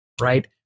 right